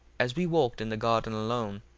as we walked in the garden alone,